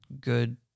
good